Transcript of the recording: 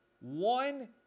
one